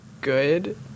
good